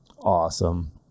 Awesome